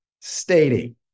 stating